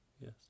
Yes